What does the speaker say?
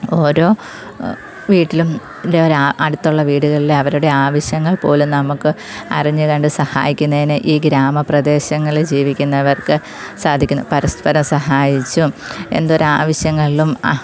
ഓരോ വീട്ടിലും ഇതേപോലെ ആ അടുത്തുള്ള വീടുകളിൽ അവരുടെ ആവശ്യങ്ങൾ പോലും നമുക്ക് അറിഞ്ഞ് കണ്ട് സഹായിക്കുന്നതിന് ഈ ഗ്രാമ പ്രദേശങ്ങളിൽ ജീവിക്കുന്നവർക്ക് സാധിക്കുന്നു പരസ്പരം സഹായിച്ചും എന്തൊരു ആവശ്യങ്ങളിലും അ